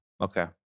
okay